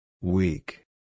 Weak